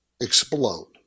explode